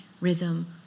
rhythm